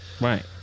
Right